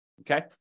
Okay